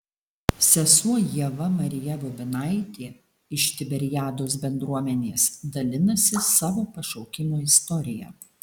sesuo ieva marija bobinaitė iš tiberiados bendruomenės dalinasi savo pašaukimo istorija